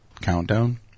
countdown